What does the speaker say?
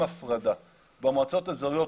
כמו שאנחנו עושים הפרדה במועצות האזוריות